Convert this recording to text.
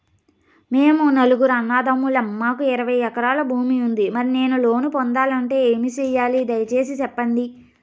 మేము నలుగురు అన్నదమ్ములం మాకు ఇరవై ఎకరాల భూమి ఉంది, మరి నేను లోను పొందాలంటే ఏమి సెయ్యాలి? దయసేసి సెప్పండి?